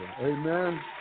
amen